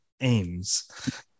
aims